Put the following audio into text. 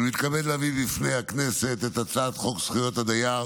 אני מתכבד להביא בפני הכנסת את הצעת חוק זכויות הדייר